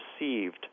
received